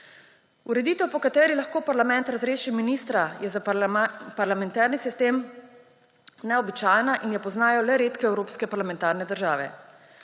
Ureditev, po kateri lahko parlament razreši ministra, je za parlamentarni sistem neobičajna in jo poznajo le redke evropske parlamentarne države.